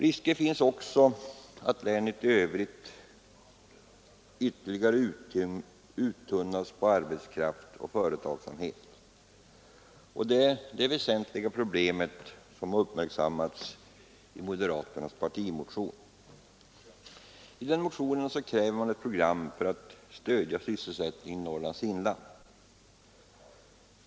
Risker finns också för att länet i övrigt ytterligare uttunnas på arbetskraft och företagsamhet. Detta väsentliga problem har uppmärksammats i moderaternas partimotion. I den motionen krävs ett program för att öka sysselsättningen i Norrlands inland.